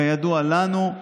כידוע לנו.